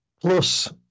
plus